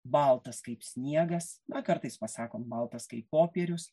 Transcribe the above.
baltas kaip sniegas na kartais pasakom baltas kaip popierius